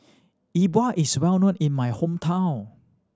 E Bua is well known in my hometown